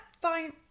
fine